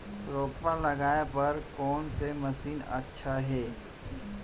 रोपा लगाय बर कोन से मशीन अच्छा हे?